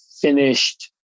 finished